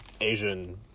asian